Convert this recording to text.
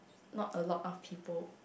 not a lot of people